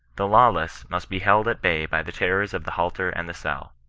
the lawless must be held at bay by the terrors of the halter and the cell.